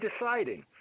deciding